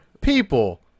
people